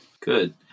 good